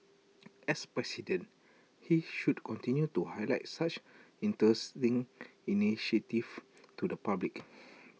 as president he should continue to highlight such interesting initiatives to the public